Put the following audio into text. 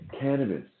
cannabis